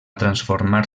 transformar